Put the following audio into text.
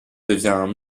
devient